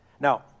Now